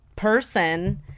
person